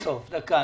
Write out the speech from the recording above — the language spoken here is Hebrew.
אני